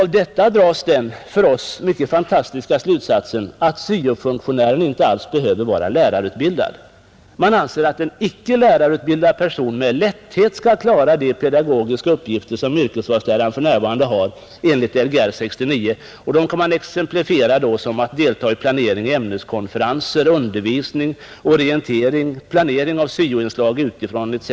Av detta dras den fantastiska slutsatsen att syo-funktionären inte alls behöver vara lärarutbildad. Man anser i stället att en icke lärarutbildad person med lätthet kan klara de pedagogiska uppgifter som yrkesvalsläraren för närvarande har enligt Lgr 69 och som kan exemplifieras med deltagande i planering av ämneskonferenser, undervisning och orientering samt planering av syo-inslag utifrån etc.